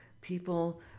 People